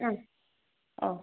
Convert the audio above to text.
മ് ഓ